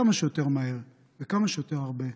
כמה שיותר מהר וכמה שיותר הרבה,